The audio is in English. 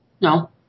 No